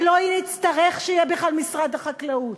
ולא נצטרך שיהיה בכלל משרד החקלאות,